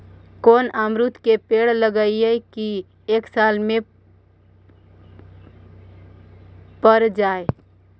कोन अमरुद के पेड़ लगइयै कि एक साल में पर जाएं?